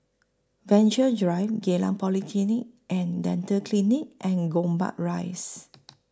Venture Drive Geylang Polyclinic and Dental Clinic and Gombak Rise